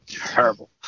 Terrible